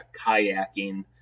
kayaking